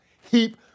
heap